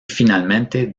finalmente